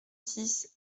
six